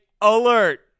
alert